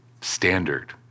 standard